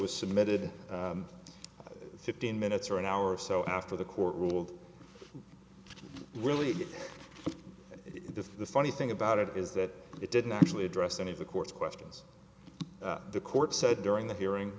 was submitted fifteen minutes or an hour or so after the court ruled really the funny thing about it is that it didn't actually address any of the court's questions the court said during the hearing